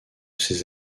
ces